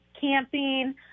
camping